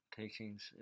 teachings